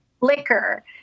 liquor